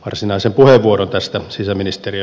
varsinaisen puheenvuoro tästä sisäministeriö